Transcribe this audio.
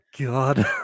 God